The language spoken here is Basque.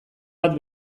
bat